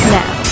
now